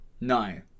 No